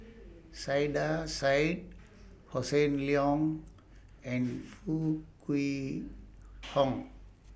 Saiedah Said Hossan Leong and Foo Kwee Horng